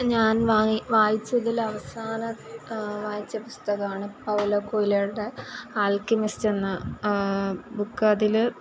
ഞാൻ വാ വായിച്ചതിൽ അവസാനം വായിച്ച പുസ്തകമാണ് പൗലോ കൊയ്ലോടെ ആൽക്കിമിസ്ട് എന്ന ബുക്ക് അതില്